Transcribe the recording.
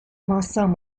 vincent